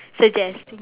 suggesting